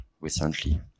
recently